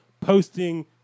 posting